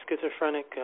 schizophrenic